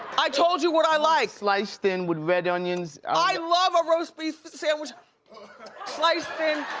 i told you what i liked. sliced thin with red onions. i love a roast beef sandwich sliced thin